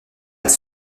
elle